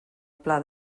pla